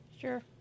Sure